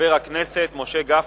חבר הכנסת משה גפני.